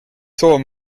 soov